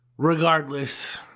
Regardless